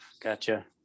gotcha